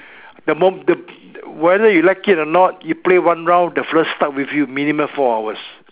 the mo~ the whether you like it or not you play one round the fella stuck with you minimum four hours